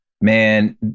Man